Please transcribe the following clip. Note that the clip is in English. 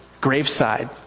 graveside